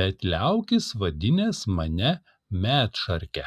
bet liaukis vadinęs mane medšarke